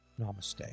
Namaste